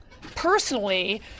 personally